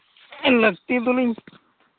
ᱞᱟᱹᱠᱛᱤ ᱫᱚᱞᱤᱧ